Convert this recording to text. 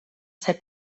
ser